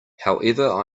however